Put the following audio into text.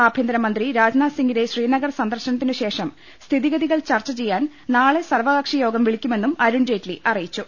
ആഭ്യന്തരമന്ത്രി രാജ്നാഥ്സിംഗിന്റെ ശ്രീനഗർ സന്ദർശനത്തിനുശേഷം സ്ഥിതിഗതികൾ ചർച്ചചെയ്യാൻ നാളെ സർവകക്ഷി യോഗം വിളിക്കുമെന്നും അരുൺജെയ്റ്റ്ലി അറിയിച്ചു